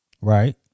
Right